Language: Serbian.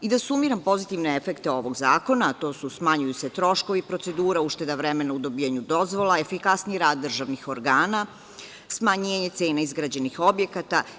Da sumiram pozitivne efekte ovog zakona, a to su – smanjuju se troškovi procedura, ušteda vremena u dobijanju dozvola, efikasniji rad državnih organa, smanjenje cena izgrađenih objekata.